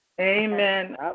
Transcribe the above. Amen